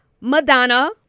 Madonna